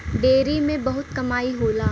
dairy में बहुत कमाई होला